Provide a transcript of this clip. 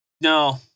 No